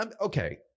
Okay